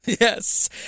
Yes